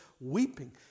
weeping